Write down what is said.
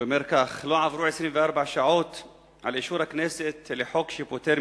ואומר כך: לא עברו 24 שעות מאישור הכנסת לחוק שפוטר